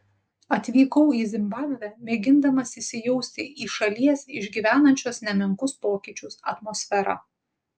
atvykau į zimbabvę mėgindamas įsijausti į šalies išgyvenančios nemenkus pokyčius atmosferą